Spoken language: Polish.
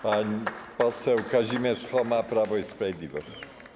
Pan poseł Kazimierz Choma, Prawo i Sprawiedliwość.